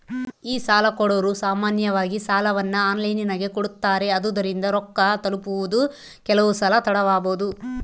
ಈ ಸಾಲಕೊಡೊರು ಸಾಮಾನ್ಯವಾಗಿ ಸಾಲವನ್ನ ಆನ್ಲೈನಿನಗೆ ಕೊಡುತ್ತಾರೆ, ಆದುದರಿಂದ ರೊಕ್ಕ ತಲುಪುವುದು ಕೆಲವುಸಲ ತಡವಾಬೊದು